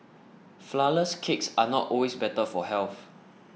Flourless Cakes are not always better for health